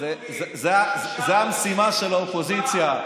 זאת המשימה של האופוזיציה.